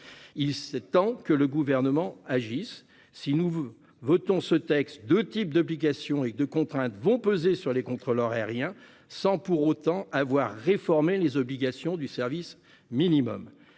Il est temps que le Gouvernement agisse ! Si nous adoptons ce texte, deux types d'obligations et de contraintes pèseront sur les contrôleurs aériens, sans pour autant avoir réformé le service minimum.